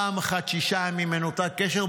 פעם אחת שישה ימים מנותק קשר,